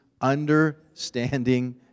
Understanding